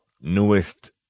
newest